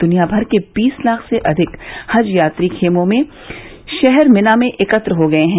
दुनियाभर के बीस लाख से अधिक हज यात्री खेमों के शहर मिना में एकत्र हो गए हैं